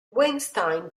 weinstein